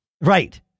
Right